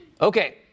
Okay